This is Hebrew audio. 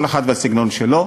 כל אחד והסגנון שלו.